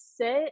sit